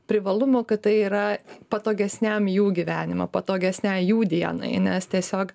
privalumų kad tai yra patogesniam jų gyvenimui patogesnei jų dienai nes tiesiog